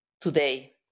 today